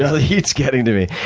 yeah the heat's getting to me.